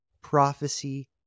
prophecy